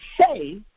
say